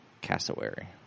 cassowary